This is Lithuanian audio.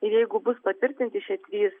ir jeigu bus patvirtinti šie trys